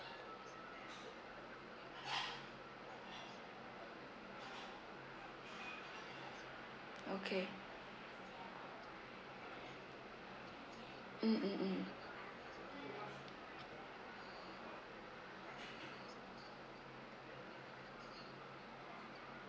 okay mm mm mm